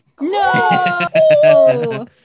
No